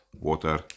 water